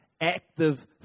active